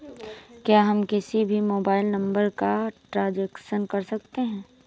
क्या हम किसी भी मोबाइल नंबर का ट्रांजेक्शन कर सकते हैं?